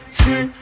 see